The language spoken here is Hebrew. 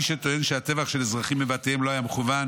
מי שטוען שהטבח של אזרחים בבתיהם לא היה מכוון